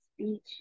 speech